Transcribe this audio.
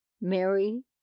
Mary